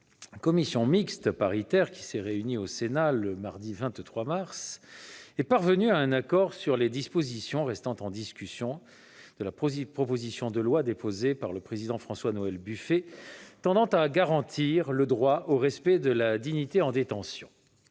la commission mixte paritaire qui s'est réunie au Sénat le mardi 23 mars dernier est parvenue à un accord sur les dispositions restant en discussion de la proposition de loi, déposée par M. le président de la commission des lois, François-Noël Buffet, tendant à garantir le droit au respect de la dignité en détention.